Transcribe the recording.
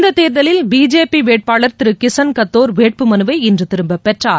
இந்தத் தேர்தலில் பிஜேபி வேட்பாளர் திரு கிஸன் கத்தோர் வேட்பு மனுவை இன்று திரும்பப் பெற்றார்